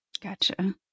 Gotcha